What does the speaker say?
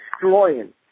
destroying